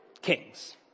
kings